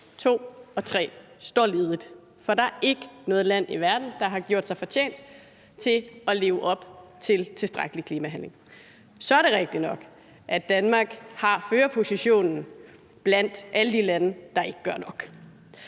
2 og 3 står ledige, for der er ikke noget land i verden, der har gjort sig fortjent til at leve op til tilstrækkelig klimahandling. Så er det rigtigt nok, at Danmark har førerpositionen blandt alle de lande, der ikke gør nok.